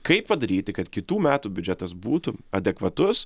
kaip padaryti kad kitų metų biudžetas būtų adekvatus